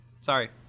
Sorry